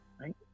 right